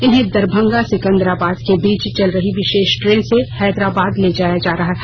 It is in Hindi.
इन्हें दरभंगा सिकंदराबाद के बीच चल रही विशेष ट्रेन से हैदराबाद ले जाया जा रहा था